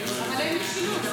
כלא, אבל אין משילות.